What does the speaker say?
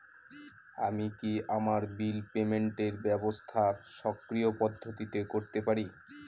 আমি কি আমার বিল পেমেন্টের ব্যবস্থা স্বকীয় পদ্ধতিতে করতে পারি?